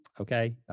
Okay